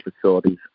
facilities